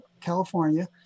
California